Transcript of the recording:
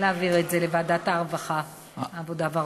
להעביר את זה לוועדת העבודה והרווחה.